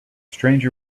stranger